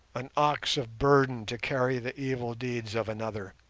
an ox of burden to carry the evil deeds of another.